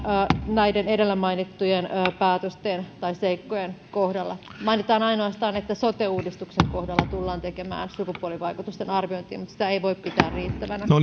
näiden edellä mainittujen päätösten tai seikkojen kohdalla mainitaan ainoastaan että sote uudistuksen kohdalla tullaan tekemään sukupuolivaikutusten arviointia mutta sitä ei voi pitää riittävänä